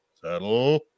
settle